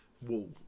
wall